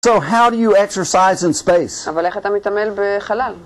?So how do you exercise in space -אבל איך אתה מתעמל בחלל?